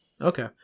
Okay